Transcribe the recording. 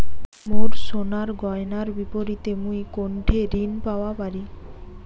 মোর সোনার গয়নার বিপরীতে মুই কোনঠে ঋণ পাওয়া পারি?